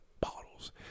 bottles